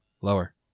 Lower